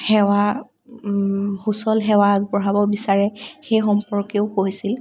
সেৱা সুচল সেৱা আগবঢ়াব বিচাৰে সেই সম্পৰ্কেও কৈছিল